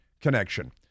connection